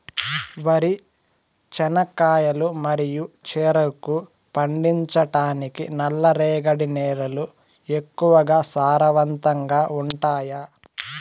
వరి, చెనక్కాయలు మరియు చెరుకు పండించటానికి నల్లరేగడి నేలలు ఎక్కువగా సారవంతంగా ఉంటాయా?